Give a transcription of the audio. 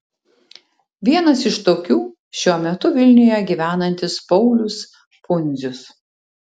vienas iš tokių šiuo metu vilniuje gyvenantis paulius pundzius